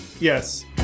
Yes